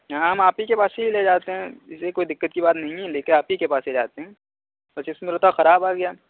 ہاں ہم آپ ہی کے پاس ہی سے لے جاتے ہیں اس لیے کوئی دقت کی بات نہیں ہے لے کے آپ ہی پاس سے جاتے ہیں بس اس مرتبہ خراب آ گیا